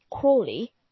Crawley